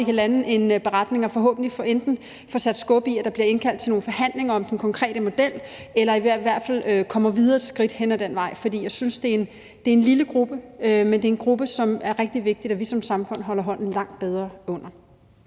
kan lande en beretning og forhåbentlig enten få sat skub i, at der bliver indkaldt til nogle forhandlinger om den konkrete model, eller at der i hvert fald kommer videre skridt hen ad den vej. For jeg synes, det er en lille gruppe, men det er en gruppe, som det er rigtig vigtigt at vi som samfund holder hånden langt bedre under.